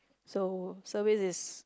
so service is